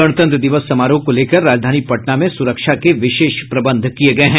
गणतंत्र दिवस समारोह को लेकर राजधानी पटना में सुरक्षा के विशेष प्रबंध किये गये हैं